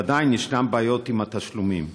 ועדיין ישנן בעיות עם התשלומים.